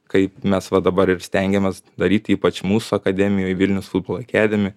kaip mes va dabar ir stengiamės daryt ypač mūsų akademijoj vilnius futbol ekedemi